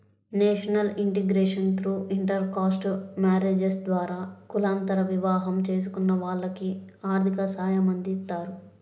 national integration through intercaste marriages ద్వారా కులాంతర వివాహం చేసుకున్న వాళ్లకి ఆర్థిక సాయమందిస్తారు